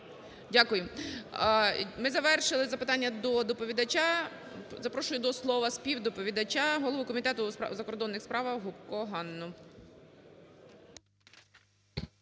Дякуємо. Ми завершили запитання до доповідача. Запрошую до слова співдоповідача, голову Комітету у закордонних справах Гопко Ганну.